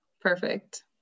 Perfect